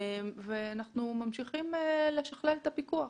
אנחנו ממשיכים לשכלל את הפיקוח.